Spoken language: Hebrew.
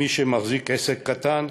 מי שמחזיק עסק קטן,